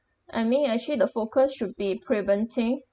I mean it actually the focus should be preventing